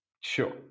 sure